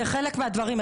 זה חלק מהדברים.